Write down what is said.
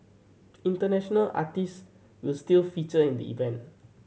international artist will still feature in the event